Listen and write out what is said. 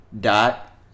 dot